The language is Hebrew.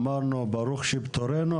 אמרנו ברוך שפטרנו,